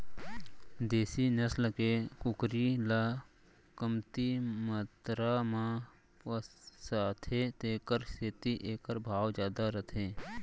देसी नसल के कुकरी ल कमती मातरा म पोसथें तेकर सेती एकर भाव जादा रथे